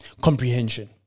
comprehension